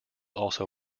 also